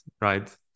right